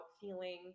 feeling